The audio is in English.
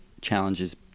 challenges